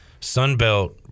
Sunbelt